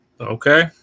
Okay